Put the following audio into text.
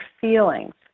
feelings